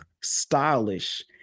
stylish